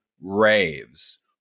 raves